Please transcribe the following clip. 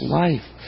life